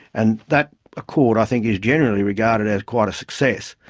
and that accord i think is generally regarded as quite a success.